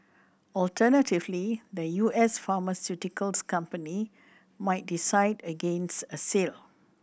alternatively the U S pharmaceuticals company might decide against a sale